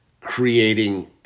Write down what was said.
creating